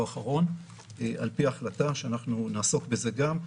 האחרון על פי החלטה שאנחנו נעסוק בזה גם.